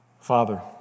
Father